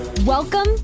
Welcome